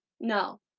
No